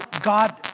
God